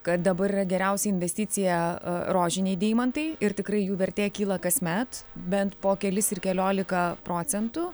kad dabar yra geriausia investicija rožiniai deimantai ir tikrai jų vertė kyla kasmet bent po kelis ir keliolika procentų